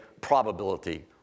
probability